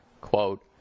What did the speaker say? Quote